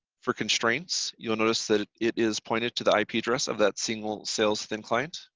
for constraints, you'll notice that it is pointed to the ip address of that single sales thin client.